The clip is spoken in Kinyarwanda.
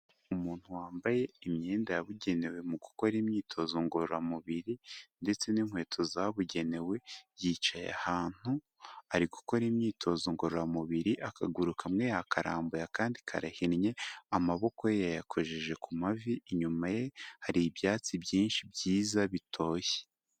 Umuntu wambaye imyenda yabugenewe mu gukora imyitozo ngororamubiri ndetse n'inkweto zabugenewe yicaye ahantu ari gukora imyitozo ngororamubiri, akaguru kamwe yakarambuye akandi karahinnye, amaboko ye yayakojeje ku mavi, inyuma ye hari ibyatsi byinshi byiza bitoshye.